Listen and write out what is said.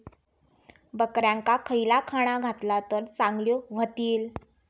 बकऱ्यांका खयला खाणा घातला तर चांगल्यो व्हतील?